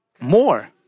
more